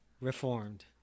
reformed